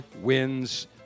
wins